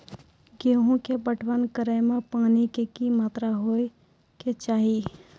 गेहूँ के पटवन करै मे पानी के कि मात्रा होय केचाही?